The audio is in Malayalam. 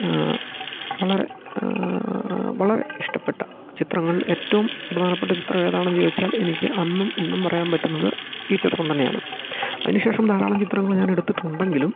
വളരെ വളരെ ഇഷ്ടപ്പെട്ട ചിത്രങ്ങൾ ഏറ്റവും പ്രധാനപ്പെട്ട ചിത്രമേതാണെന്ന് ചോദിച്ചാൽ എനിക്ക് അന്നും ഇന്നും പറയാൻ പറ്റുന്നത് ഈ ചിത്രം തന്നെയാണ് അതിന് ശേഷം ധാരാളം ചിത്രങ്ങൾ ഞാൻ എടുത്തിട്ടുണ്ടെങ്കിലും